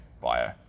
bio